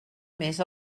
més